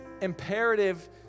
imperative